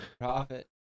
profit